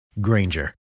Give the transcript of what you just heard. Granger